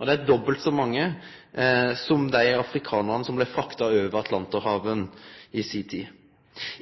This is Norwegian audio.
Det er dobbelt så mange som dei afrikanarane som blei frakta over Atlanterhavet i si tid.